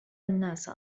الناس